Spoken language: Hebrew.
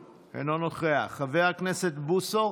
חבר הכנסת אבוטבול,